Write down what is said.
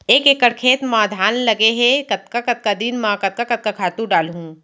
एक एकड़ खेत म धान लगे हे कतका कतका दिन म कतका कतका खातू डालहुँ?